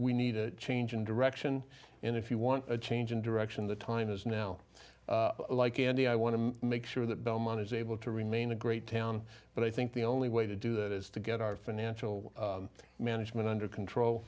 we need a change in direction and if you want a change in direction the time is now like candy i want to make sure that belmont is able to remain a great town but i think the only way to do that is to get our financial management under control